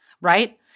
right